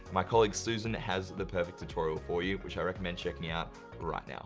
my colleague susan has the perfect tutorial for you, which i recommend checking yeah out right now.